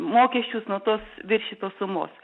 mokesčius nuo tos viršytos sumos